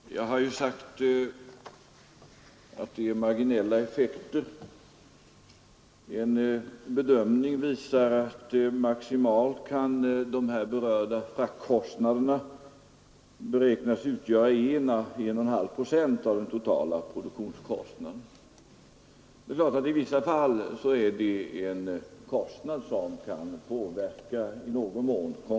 Fru talman! Jag har ju sagt att det är fråga om marginella effekter. En bedömning visar att de här berörda fraktkostnaderna maximalt kan beräknas utgöra 1 å 1,5 procent av den totala produktionskostnaden. Självfallet är det i vissa fall en kostnad, som i någon mån kan påverka konkurrensläget.